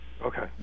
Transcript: Okay